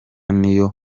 n’iyo